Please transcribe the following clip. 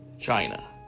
China